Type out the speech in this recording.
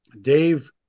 Dave